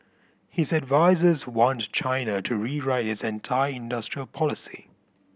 his advisers want China to rewrite its entire industrial policy